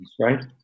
right